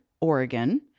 Oregon